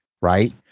right